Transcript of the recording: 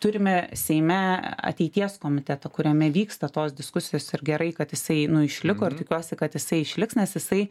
turime seime ateities komitetą kuriame vyksta tos diskusijos ir gerai kad jisai nu išliko ir tikiuosi kad jisai išliks nes jisai